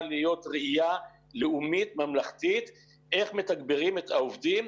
להיות ראיה לאומית-ממלכתית איך מתגברים את העובדים,